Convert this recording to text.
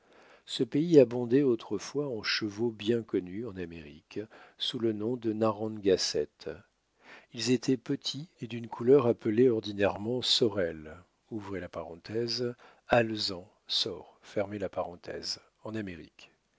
ce pays abondait autrefois en chevaux bien connus en amérique sous le nom de narrangaset ils étaient petits et d'une couleur appelée ordinairement sorrel alezan saure en amérique